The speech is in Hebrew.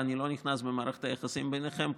ואני לא נכנס למערכת היחסים ביניכם.